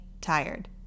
tired